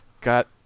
got